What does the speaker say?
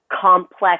complex